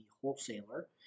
wholesaler